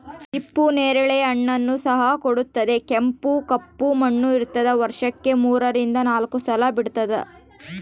ಹಿಪ್ಪು ನೇರಳೆ ಹಣ್ಣನ್ನು ಸಹ ಕೊಡುತ್ತದೆ ಕೆಂಪು ಕಪ್ಪು ಬಣ್ಣ ಇರ್ತಾದ ವರ್ಷಕ್ಕೆ ಮೂರರಿಂದ ನಾಲ್ಕು ಸಲ ಬಿಡ್ತಾದ